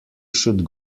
should